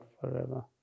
forever